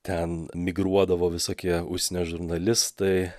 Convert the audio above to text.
ten migruodavo visokie užsienio žurnalistai